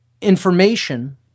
information